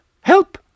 Help